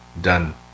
done